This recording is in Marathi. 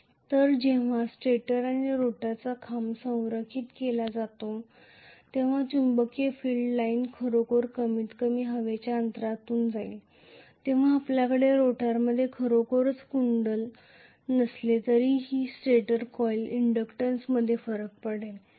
तर जेव्हा स्टेटर आणि रोटरचे खांब संरेखित केले जातात तेव्हा चुंबकीय फील्ड लाइन खरोखर कमीतकमी हवेच्या अंतरातून जाईल जेव्हा आपल्याकडे रोटरमध्ये खरोखरच कुंडल नसली तरीही स्टेटर कॉइल इंडक्टन्समध्ये फरक पडेल